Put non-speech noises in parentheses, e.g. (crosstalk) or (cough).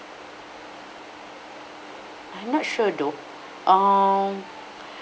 I not sure though err (breath)